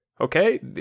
okay